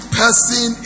person